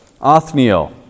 Othniel